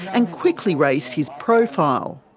and quickly raised his profile.